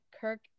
Kirk